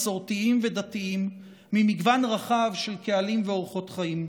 מסורתיים ודתיים ממגוון רחב של קהלים ואורחות חיים.